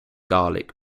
garlic